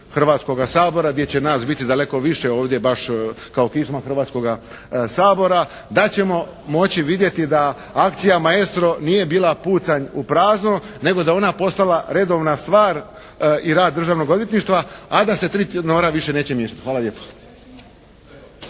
Hrvatskoga sabora, gdje će nas biti daleko više ovdje baš kao …/Govornik se ne razumije./… Hrvatskoga sabora, da ćemo moći vidjeti da akcija "Maestro" nije bila pucanj u prazno, nego da je ona postala redovna stvar i rad Državnog odvjetništva, a da se tri tenora više neće miješati. Hvala lijepo.